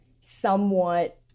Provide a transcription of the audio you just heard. somewhat